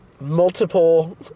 multiple